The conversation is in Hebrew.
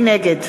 נגד